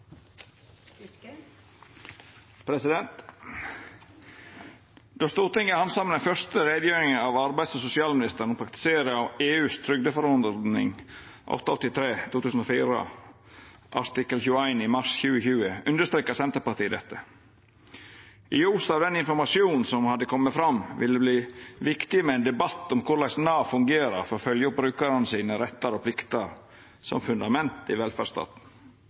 Då Stortinget handsama den første utgreiinga frå arbeids- og sosialministeren om praktiseringa av EUs trygdeforordning 883/2004 artikkel 21 i mars 2020, understreka Senterpartiet dette: I ljos av den informasjonen som har kome fram, vil det verta viktig med ein debatt om korleis Nav fungerer for å følgja opp brukarane sine rettar og plikter som fundament i velferdsstaten.